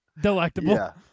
Delectable